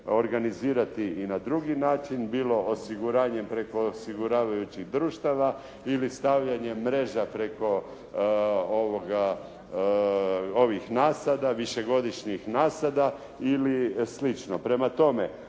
organizirati i na drugi način bilo osiguranjem preko osiguravajućih društava ili stavljanjem mreža preko ovih nasada, višegodišnjih nasada ili slično. Prema tome